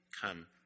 Come